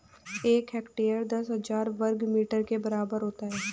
एक हेक्टेयर दस हजार वर्ग मीटर के बराबर होता है